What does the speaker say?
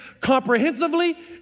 comprehensively